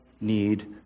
need